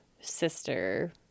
sister